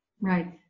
Right